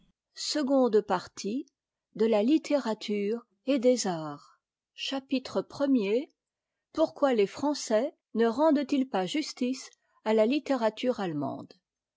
seconde partie de la litterature et des arts chapitre premier pom mm les français me reh t t pas mce à la ra m allemande